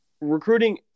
recruiting